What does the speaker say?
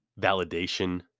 validation